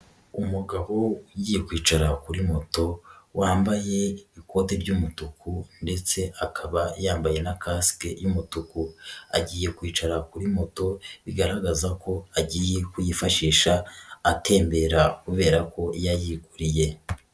Umugabo ugiye kwicara kuri moto wambaye ikote ry'umutuku ndetse akaba yambaye na kasike y'umutuku, agiye kwicara kuri moto bigaragaza ko agiye kuyifashisha atembera kubera ko yayiguriye.